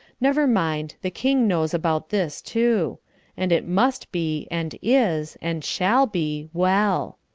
never mind, the king knows about this, too and it must be, and is, and shall be, well.